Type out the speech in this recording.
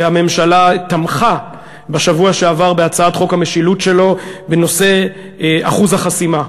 שהממשלה תמכה בשבוע שעבר בהצעת חוק המשילות שלו בנושא אחוז החסימה.